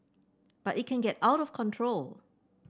but it can get out of control